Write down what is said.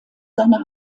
seiner